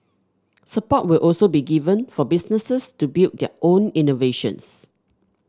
support will also be given for businesses to build their own innovations